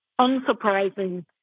unsurprising